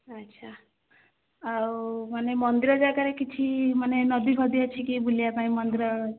ଆଛା ଆଉ ମାନେ ମନ୍ଦିର ଜାଗାରେ କିଛି ମାନେ ନଦୀ ଫଦି ଅଛିକି ବୁଲିବା ପାଇଁ ମନ୍ଦିର